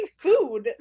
food